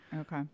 Okay